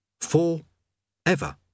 For-ever